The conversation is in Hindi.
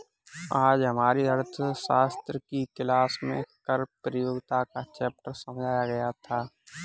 आज हमारी अर्थशास्त्र की क्लास में कर प्रतियोगिता का चैप्टर समझाया गया था